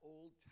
Old